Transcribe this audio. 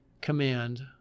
command